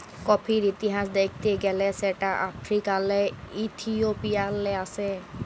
কফির ইতিহাস দ্যাখতে গ্যালে সেট আফ্রিকাল্লে ইথিওপিয়াল্লে আস্যে